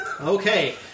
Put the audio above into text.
Okay